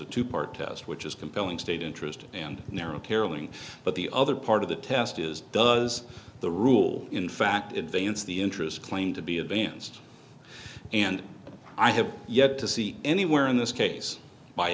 a two part test which is compelling state interest and narrow caroling but the other part of the test is does the rule in fact advance the interest claim to be advanced and i have yet to see anywhere in this case by